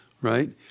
right